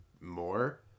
more